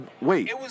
Wait